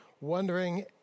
wondering